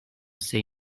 say